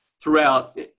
throughout